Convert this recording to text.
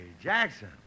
Jackson